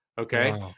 okay